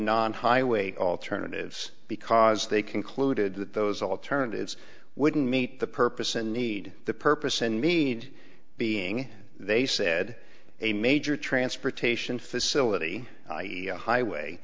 non highway alternatives because they concluded that those alternatives wouldn't meet the purpose and need the purpose and need being they said a major transportation facility the highway